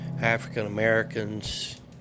African-Americans